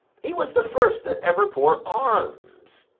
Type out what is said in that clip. he was the first that ever bore arms.